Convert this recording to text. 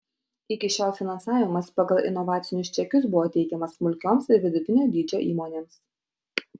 iki šiol finansavimas pagal inovacinius čekius buvo teikiamas smulkioms ir vidutinio dydžio įmonėms